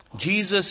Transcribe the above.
Jesus